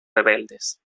rebeldes